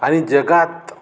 आणि जगात